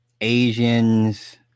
Asians